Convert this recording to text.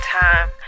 time